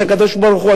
שהקדוש-ברוך-הוא,